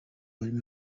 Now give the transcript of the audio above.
barimo